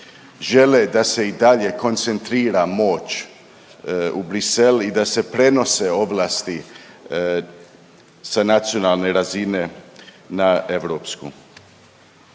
žele da se i dalje koncentrira moć u Bruxelles i da se prenose ovlasti sa nacionalne razine na europsku.